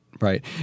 right